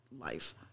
life